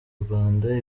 urwanda